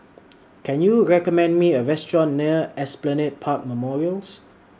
Can YOU recommend Me A Restaurant near Esplanade Park Memorials